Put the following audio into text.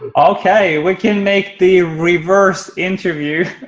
um okay, we can make the reverse interview.